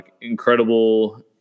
incredible